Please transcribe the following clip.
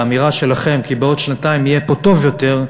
לאמירה שלכם כי בעוד שנתיים יהיה פה טוב יותר,